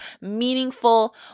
meaningful